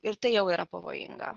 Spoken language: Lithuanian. ir tai jau yra pavojinga